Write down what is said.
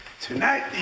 Tonight